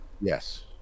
yes